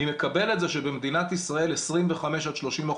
אני מקבל את זה שבמדינת ישראל 25% עד 30%